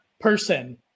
person